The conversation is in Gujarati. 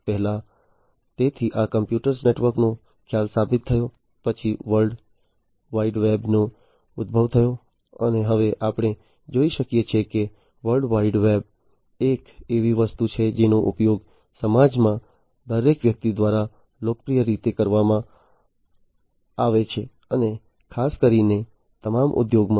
પહેલાં તેથી આ કોમ્પ્યુટર નેટવર્કનો ખ્યાલ સાબિત થયો પછી વર્લ્ડ વાઈડ વેબનો ઉદભવ થયો અને હવે આપણે જોઈ શકીએ છીએ કે વર્લ્ડ વાઈડ વેબ એક એવી વસ્તુ છે જેનો ઉપયોગ સમાજમાં દરેક વ્યક્તિ દ્વારા લોકપ્રિય રીતે કરવામાં આવે છે અને ખાસ કરીને તમામ ઉદ્યોગોમાં